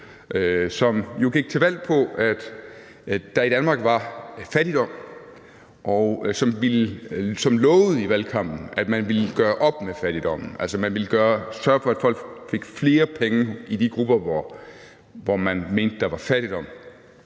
som jo gik til valg på, at der i Danmark var fattigdom, og som i valgkampen lovede at ville gøre op med fattigdommen. Man ville sørge for, at folk fik flere penge i de grupper, hvor man mente der var fattigdom.